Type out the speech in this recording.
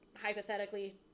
hypothetically